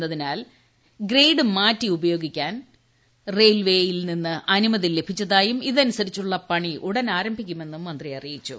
മെന്നതിനാൽ grade മാറ്റി ഉപയോഗിക്കാൻ railway യിൽ നിന്നു അനുമതി ലഭിച്ചതായും ഇതനുസരിച്ചുള്ള പണി ഉടൻ ആരംഭിക്കുമെന്നും മന്ത്രി അറിയിച്ചു